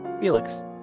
Felix